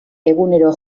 egunero